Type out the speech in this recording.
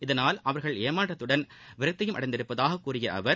இதனால் அவர்கள் ஏமாற்றத்துடன் விரக்தியும் அடைந்துள்ளதாக கூறிய அவர்